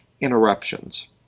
interruptions